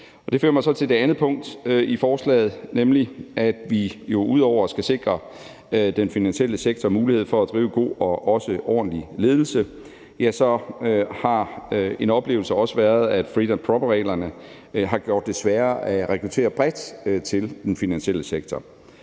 Det fører mig så til det andet punkt i forslaget, nemlig at vi jo ud over at skulle sikre den finansielle sektor mulighed for at drive god og også ordentlig ledelse også har haft en oplevelse af, at fit and proper-reglerne har gjort det sværere at rekruttere bredt til den finansielle sektor.